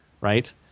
right